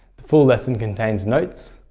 the full lesson contains notes,